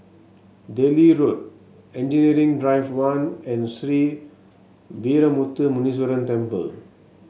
Delhi Road Engineering Drive One and Sree Veeramuthu Muneeswaran Temple